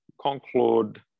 conclude